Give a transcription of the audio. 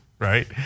Right